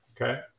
Okay